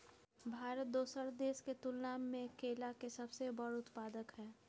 भारत दोसर देश के तुलना में केला के सबसे बड़ उत्पादक हय